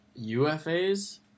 UFAs